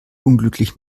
unglücklich